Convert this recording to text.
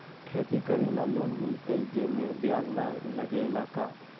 खेती करे ला लोन मिलहई जे में ब्याज न लगेला का?